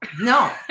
no